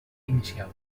inicial